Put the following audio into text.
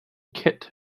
kit